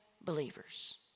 believers